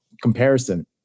comparison